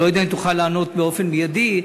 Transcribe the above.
ואני לא יודע אם תוכל לענות באופן מיידי,